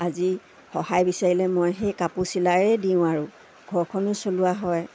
আজি সহায় বিচাৰিলে মই সেই কাপোৰ চিলাইয়ে দিওঁ আৰু ঘৰখনো চলোৱা হয়